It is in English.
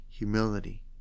humility